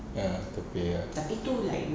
ah okay lah